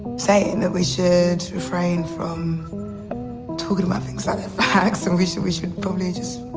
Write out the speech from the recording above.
saying that we should refrain from talking about things that aren't facts and we should we should foliages